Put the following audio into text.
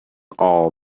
all